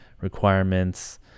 requirements